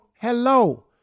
hello